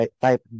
type